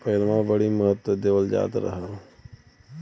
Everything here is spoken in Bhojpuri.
पहिलवां बड़ी महत्त्व देवल जात रहल